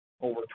over